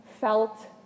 felt